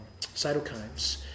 cytokines